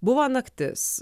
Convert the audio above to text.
buvo naktis